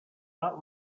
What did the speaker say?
not